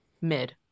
mid